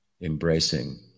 embracing